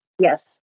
Yes